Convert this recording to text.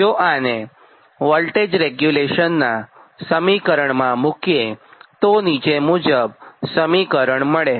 જો આને વોલ્ટેજ રેગ્યુલેશનનાં સમીકણમાં મુકીએતો નીચે મુજબ સમીકરણ મળે